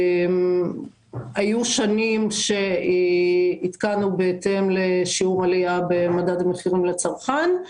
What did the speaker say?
היו שנים שעדכנו בהתאם לשיעור עליית מדד המחירים לצרכן.